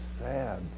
sad